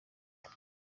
aho